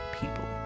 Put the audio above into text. people